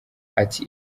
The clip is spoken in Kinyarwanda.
ati